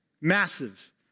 massive